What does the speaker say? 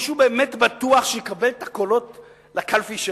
מישהו באמת בטוח שיקבל את הקולות בקלפי?